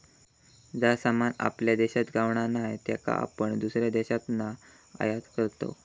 जा सामान आपल्या देशात गावणा नाय त्याका आपण दुसऱ्या देशातना आयात करतव